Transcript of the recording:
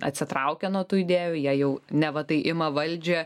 atsitraukia nuo tų idėjų jei jau neva tai ima valdžią